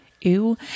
Ew